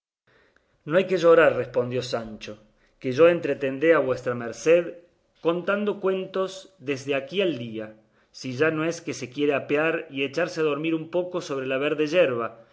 no hay que llorar respondió sancho que yo entretendré a vuestra merced contando cuentos desde aquí al día si ya no es que se quiere apear y echarse a dormir un poco sobre la verde yerba